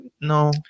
no